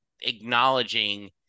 acknowledging